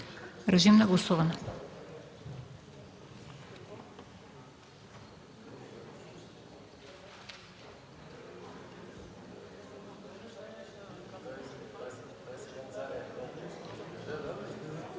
Режим на гласуване.